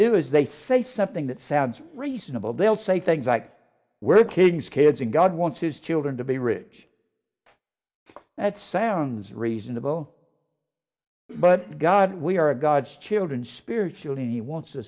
do is they say something that sounds reasonable they'll say things like we're kids kids and god wants his children to be rich that sounds reasonable but god we are god's children spiritually and he wants to